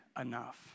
enough